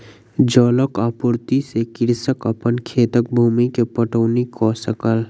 जलक आपूर्ति से कृषक अपन खेतक भूमि के पटौनी कअ सकल